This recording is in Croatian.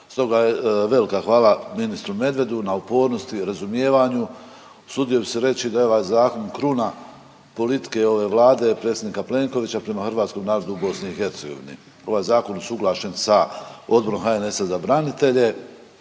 Stoga velika hvala ministru Medvedu na upornosti, razumijevanju, usudio bih se reći da je ovaj zakon kruna politike ove Vlade i predsjednika Plenkovića prema hrvatskom narodu u BiH. Ovaj zakon je usuglašen sa Odborom HNS-a za branitelje